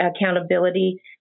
accountability